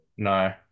No